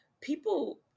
people